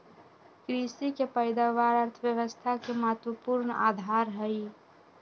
कृषि के पैदावार अर्थव्यवस्था के महत्वपूर्ण आधार हई